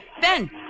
Ben